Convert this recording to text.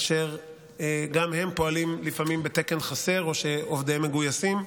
אשר גם הם פועלים לפעמים בתקן חסר או שעובדיהם מגויסים,